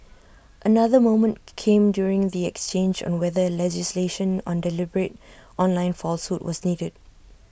another moment came during the exchange on whether legislation on deliberate online falsehood was needed